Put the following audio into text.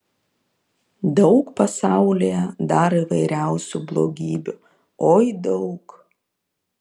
daug pasaulyje dar įvairiausių blogybių oi daug